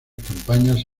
campañas